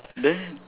then